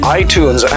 iTunes